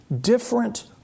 different